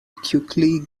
quickly